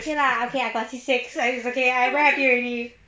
okay lah okay I got C six so it's okay I feel happy already